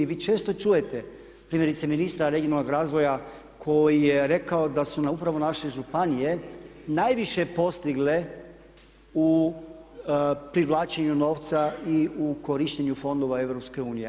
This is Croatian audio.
Vi često čujete primjerice ministar regionalnog razvoja koji je rekao da su nam upravo naše županije najviše postigle u privlačenju novca i u korištenju fondova EU.